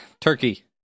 Turkey